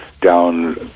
down